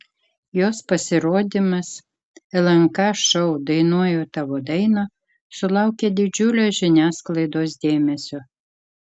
jos pasirodymas lnk šou dainuoju tavo dainą sulaukė didžiulio žiniasklaidos dėmesio